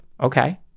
Okay